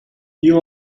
you